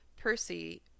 percy